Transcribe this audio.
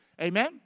Amen